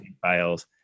files